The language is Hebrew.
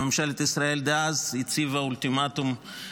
ממשלת ישראל דאז הציבה אולטימטום,